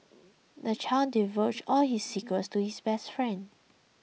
the child divulged all his secrets to his best friend